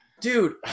Dude